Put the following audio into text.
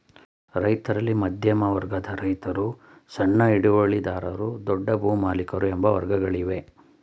ರೈತರಲ್ಲಿ ಮಧ್ಯಮ ವರ್ಗದ ರೈತರು, ಸಣ್ಣ ಹಿಡುವಳಿದಾರರು, ದೊಡ್ಡ ಭೂಮಾಲಿಕರು ಎಂಬ ವರ್ಗಗಳಿವೆ